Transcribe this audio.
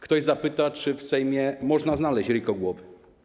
Ktoś zapyta, czy w Sejmie można znaleźć ryjkogłowy.